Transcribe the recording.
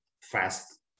fast